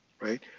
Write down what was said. right